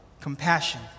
compassion